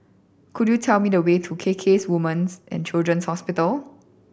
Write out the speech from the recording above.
could you tell me the way to K K Women's And Children's Hospital